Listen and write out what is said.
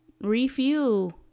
refuel